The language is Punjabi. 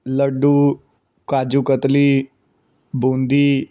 ਲੱਡੂ ਕਾਜੂ ਕਤਲੀ ਬੂੰਦੀ